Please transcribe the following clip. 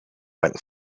went